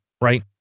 right